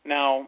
Now